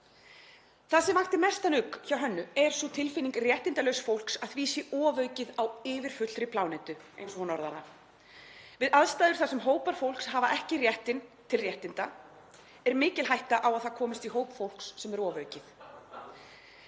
Það sem vakti mestan ugg hjá Hönnu er sú tilfinning réttindalauss fólks að því sé ofaukið á yfirfullri plánetu, eins og hún orðar það. Við aðstæður þar sem hópar fólks hafa ekki réttinn til réttinda er mikil hætta á að það komist í hóp fólks sem er ofaukið.